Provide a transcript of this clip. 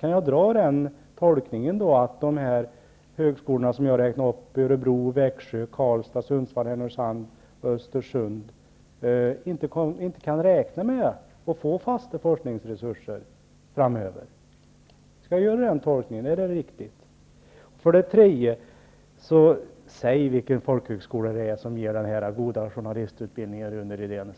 Kan jag göra tolkningen att de högskolor som jag räknade upp, Örebro, Växjö, Karlstad, Sundsvall, Härnösand och Östersund, inte kan räkna med att få fasta forskningsresurser framöver? För det tredje: Säg vilken folkhögskola det är som ger denna goda journalistutbildning, Rune Rydén.